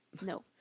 No